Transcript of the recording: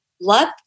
love